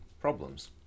problems